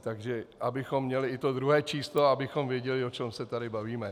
Takže abychom měli i to druhé číslo, abychom věděli, o čem se tu bavíme.